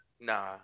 nah